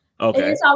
Okay